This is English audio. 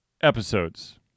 episodes